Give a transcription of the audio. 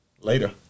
Later